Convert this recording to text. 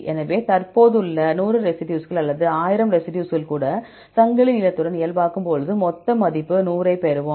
எனவே தற்போதுள்ள 100 ரெசிடியூஸ்கள் அல்லது 1000 ரெசிடியூஸ்கள் கூட சங்கிலி நீளத்துடன் இயல்பாக்கும்போது மொத்த மதிப்பு 100 ஐப் பெறுவோம்